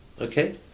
Okay